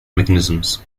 mechanisms